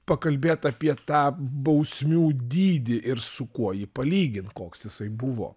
pakalbėt apie tą bausmių dydį ir su kuo jį palygint koks jisai buvo